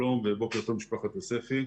שלום ובוקר טוב משפחת יוספי.